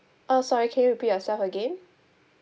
oh sorry can you repeat yourself again